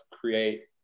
create